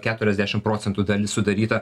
keturiasdešim procentų dalis sudaryta